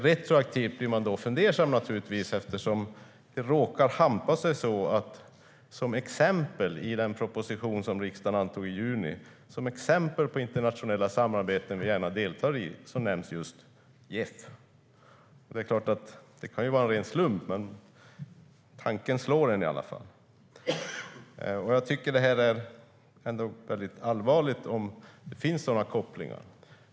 Då blir man lite fundersam, för i den proposition som riksdagen antog i juni nämns just JEF som exempel på internationella samarbeten vi gärna deltar i. Det kan ju vara en ren slump, men tanken slår en i alla fall. Jag tycker att det är allvarligt om det finns sådana kopplingar.